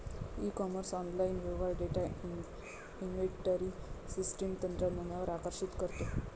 E commerce online व्यवहार data inventory system तंत्रज्ञानावर आकर्षित करतो